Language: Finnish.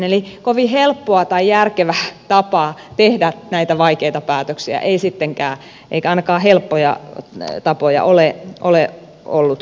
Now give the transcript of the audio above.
eli kovin helppoa tai järkevää tapaa tehdä näitä vaikeita päätöksiä ei sittenkään ei ainakaan helppoja tapoja ole ollut olemassa